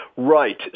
Right